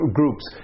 groups